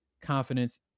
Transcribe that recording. confidence